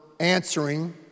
Answering